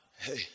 Hey